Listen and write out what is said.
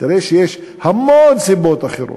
אתה רואה שיש המון סיבות אחרות,